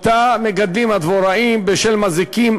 שאותה מגדלים הדבוראים בגלל מזיקים,